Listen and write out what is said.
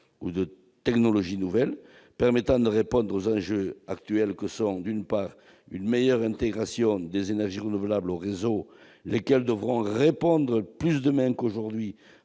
ou de technologies nouvelles permettant de répondre aux enjeux actuels que sont, premièrement, une meilleure intégration des énergies renouvelables aux réseaux, lesquels devront répondre plus demain qu'aujourd'hui